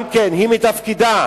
גם היא מתפקידה,